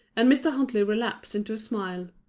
and mr. huntley relapsed into a smile,